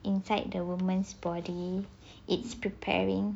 inside the woman's body it's preparing